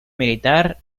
militar